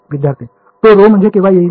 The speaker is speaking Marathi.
विद्यार्थी तो ρ म्हणजे केव्हा येईल